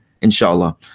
inshallah